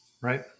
Right